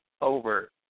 over